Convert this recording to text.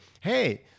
hey